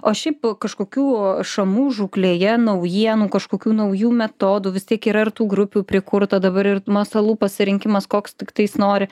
o šiaip kažkokių šamų žūklėje naujienų kažkokių naujų metodų vis tiek yra ir tų grupių prikurta dabar ir masalų pasirinkimas koks tiktais nori